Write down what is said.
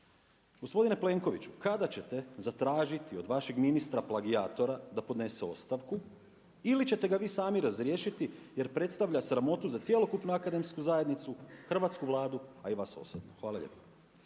Gospodine Plenkoviću, kada ćete zatražiti od vašeg ministra plagijatora da podnese ostavku ili ćete ga vi sami razriješiti jer predstavlja sramotu za cjelokupnu akademsku zajednicu, hrvatsku Vladu, a i vas osobno? Hvala lijepo.